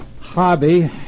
hobby